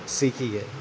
سیکھی ہے